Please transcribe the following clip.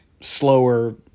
slower